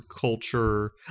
culture